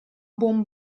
buon